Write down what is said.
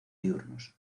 diurnos